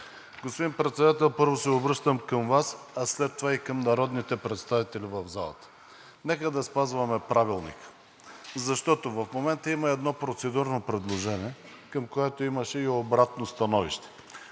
Господин Председател, първо се обръщам към Вас, а след това и към народните представители в залата, нека да спазваме Правилника, защото в момента има едно процедурно предложение, към което имаше и обратно становище.